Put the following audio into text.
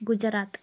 Gujarat